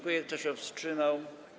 Kto się wstrzymał?